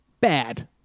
bad